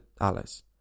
Alice